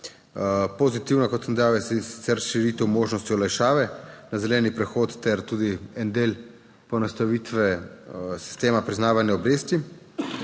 Pozitivno, kot sem dejal je sicer širitev možnosti olajšave na zeleni prehod ter tudi en del poenostavitve sistema priznavanja obresti.